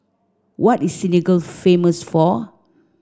what is Senegal famous for